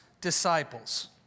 disciples